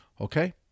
okay